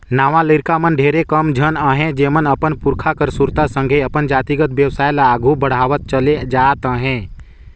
नावा लरिका मन में ढेरे कम झन अहें जेमन अपन पुरखा कर सुरता संघे अपन जातिगत बेवसाय ल आघु बढ़ावत चले जात अहें